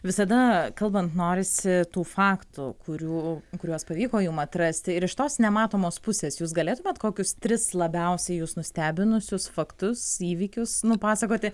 visada kalbant norisi tų faktų kurių kuriuos pavyko jums atrasti ir iš tos nematomos pusės jūs galėtumėt kokius tris labiausiai jus nustebinusius faktus įvykius nupasakoti